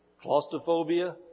claustrophobia